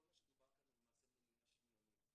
כל מה שדובר כאן הוא למעשה מניעה שניונית.